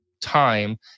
time